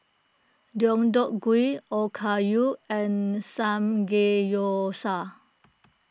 Deodeok Gui Okayu and Samgeyousal